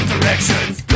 Directions